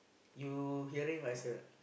you hearing what I say a not